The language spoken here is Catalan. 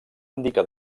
indica